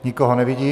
Nikoho nevidím.